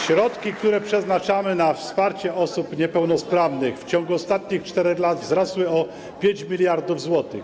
Środki, które przeznaczamy na wsparcie osób niepełnosprawnych w ciągu ostatnich 4 lat wzrosły o 5 mld zł.